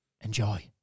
Enjoy